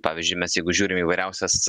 pavyzdžiui mes jeigu žiūrim įvairiausias